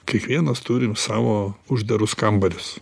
kiekvienas turim savo uždarus kambarius